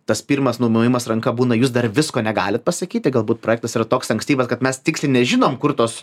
tas pirmas numojimas ranka būna jus dar visko negalit pasakyti galbūt projektas yra toks ankstyvas kad mes tiksliai nežinom kur tos